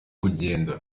kugenda